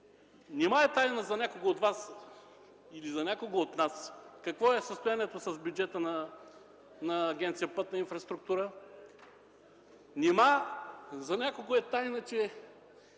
Нима е тайна за някого от Вас или за някого от нас какво е състоянието с бюджета на Агенция „Пътна инфраструктура”? Нима за някого е тайна, че